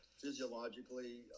physiologically